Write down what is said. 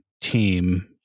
team